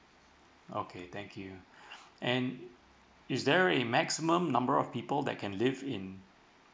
okay thank you and is there a maximum number of people that can live in